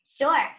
Sure